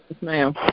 ma'am